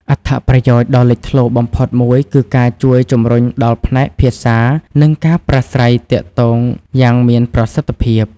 អត្ថប្រយោជន៍ដ៏លេចធ្លោបំផុតមួយគឺការជួយជំរុញដល់ផ្នែកភាសា និងការប្រស្រ័យទាក់ទងយ៉ាងមានប្រសិទ្ធភាព។